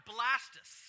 Blastus